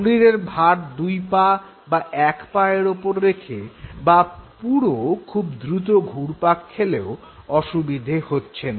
শরীরের ভার দুই পা বা এক পায়ের ওপর রেখে বা পুরো খুব দ্রুত ঘুরপাক খেলেও অসুবিধা হচ্ছে না